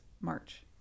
March